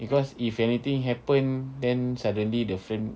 because if anything happen then suddenly the frame